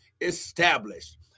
established